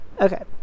Okay